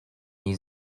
niej